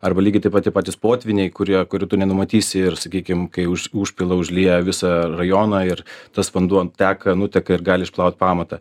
arba lygiai taip pat tie patys potvyniai kurie kurių tu nenumatysi ir sakykim kai užpila užlieja visą rajoną ir tas vanduo teka nuteka ir gali išplaut pamatą